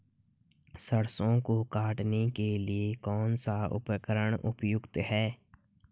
सरसों को काटने के लिये कौन सा उपकरण उपयुक्त है?